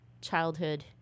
childhood